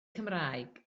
cymraeg